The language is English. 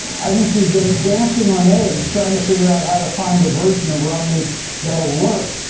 i think he's been dancing on eggs, trying to figure out how to find a version of romney that'll work.